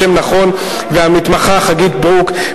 והמתמחה חגית ברוק,